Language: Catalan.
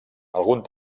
algun